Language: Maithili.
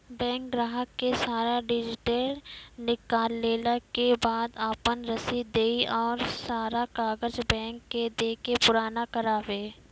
बैंक ग्राहक के सारा डीटेल निकालैला के बाद आपन रसीद देहि और सारा कागज बैंक के दे के पुराना करावे?